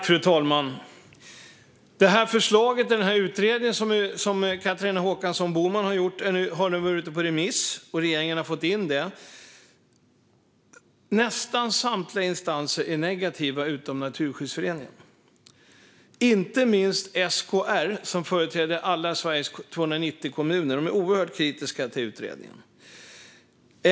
Fru talman! Detta utredningsförslag som Catharina Håkansson Boman har lämnat har nu varit ute på remiss, och regeringen har fått remissvaren. Nästan samtliga instanser är negativa, utom Naturskyddsföreningen. Inte minst SKR som företräder alla Sveriges 290 kommuner är oerhört kritiska till utredningen.